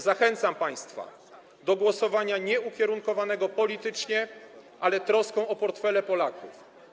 Zachęcam państwa do głosowania ukierunkowanego nie politycznie, ale troską o portfele Polaków.